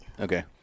Okay